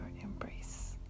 embrace